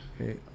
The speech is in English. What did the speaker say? okay